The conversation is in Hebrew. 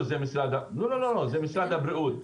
וזה משרד הבריאות.